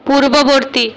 পূর্ববর্তী